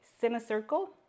semicircle